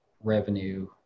revenue